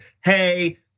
hey